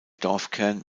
dorfkern